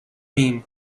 mean